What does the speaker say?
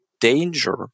danger